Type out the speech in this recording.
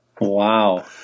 Wow